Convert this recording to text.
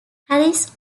harris